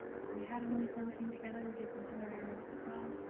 but we had a nice outing together, we did some other errands as well.